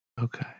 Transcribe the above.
Okay